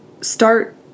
start